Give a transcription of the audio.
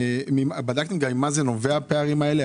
התעסוקה, בדקתם גם ממה נובעים הפערים האלה?